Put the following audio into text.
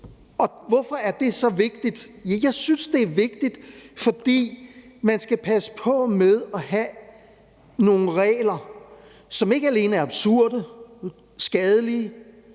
Hvorfor er det så vigtigt? Jo, jeg synes, det er vigtigt, fordi man skal passe på med at have nogle regler, som ikke alene absurde og skadelige,